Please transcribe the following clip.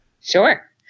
Sure